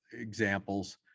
examples